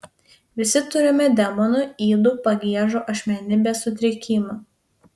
visi turime demonų ydų pagiežų asmenybės sutrikimų